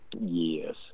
Yes